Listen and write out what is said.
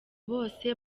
bose